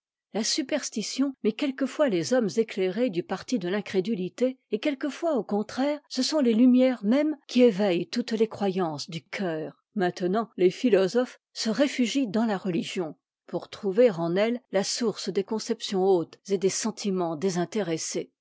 la superstition met quelquefois les hommes éclairés du parti de l'incrédulité et quelquefois au contraire ce sont les lumières mêmes qui éveillent toutes les croyances du cœur maintenant les philosophes se réfugient dans la religion pour trouver en elle la source des conceptions hautes et des sentiments désintéressés